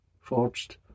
Forged